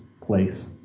place